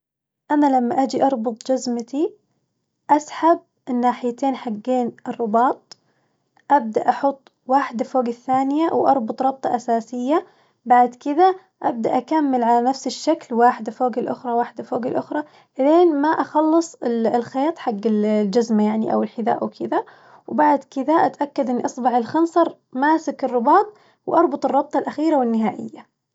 أنا لما أجي أربط جزمتي أسحب الناحيتين حقين الرباط، أبدا أحط وحدة فوق الثانية وأربط ربطة أساسية بعد كذا أبدا أكمل على نفس الشكل وحدة فوق الأخرى وحدة فوق الأخرى، إلين ما أخلص ال- الخيط حق ال- الجزمة يعني أو الحذاء أو كذا، وبعد كذا أتأكد إن إصبع الخنصر ماسك الرباط وأربط الربطة الأخيرة والنهائية.